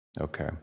Okay